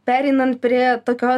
pereinant prie tokios